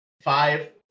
five